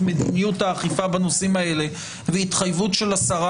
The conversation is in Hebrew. מדיניות האכיפה בנושאים האלה וההתחייבות של השרה,